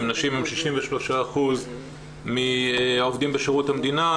נשים הן 63% מהעובדים בשירות המדינה,